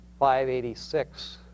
586